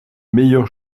meilleurs